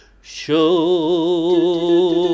show